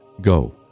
Go